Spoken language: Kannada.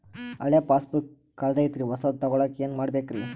ಹಳೆ ಪಾಸ್ಬುಕ್ ಕಲ್ದೈತ್ರಿ ಹೊಸದ ತಗೊಳಕ್ ಏನ್ ಮಾಡ್ಬೇಕರಿ?